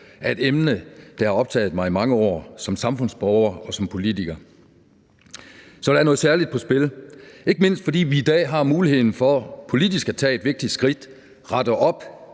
er et emne, der har optaget mig i mange år som samfundsborger og som politiker. Så der er noget særligt på spil, ikke mindst fordi vi i dag har muligheden for politisk at tage et vigtigt skridt, rette op